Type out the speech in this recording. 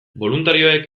boluntarioek